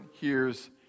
hears